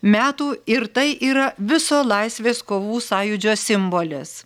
metų ir tai yra viso laisvės kovų sąjūdžio simbolis